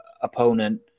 opponent